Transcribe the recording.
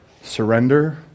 surrender